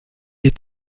est